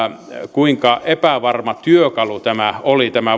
kuinka epävarma työkalu tämä oli tämä